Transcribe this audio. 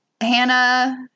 Hannah